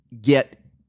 get